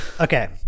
Okay